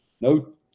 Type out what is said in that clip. no